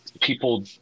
people